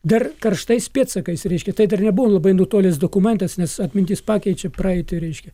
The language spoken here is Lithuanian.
dar karštais pėdsakais reiškia tai dar nebuvo labai nutolęs dokumentas nes atmintis pakeičia praeitį reiškia